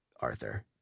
Arthur